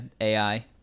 AI